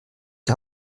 die